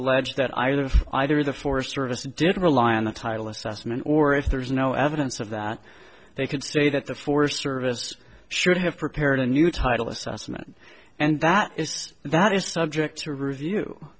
allege that either either the forest service didn't rely on the title assessment or if there is no evidence of that they could say that the forest service should have prepared a new title assessment and that is that is subject to review